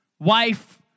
Wife